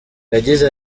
yagize